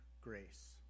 grace